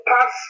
pass